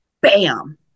bam